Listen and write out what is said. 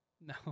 No